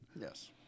Yes